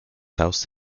housed